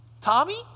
Tommy